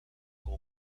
con